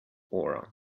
aura